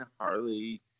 Harley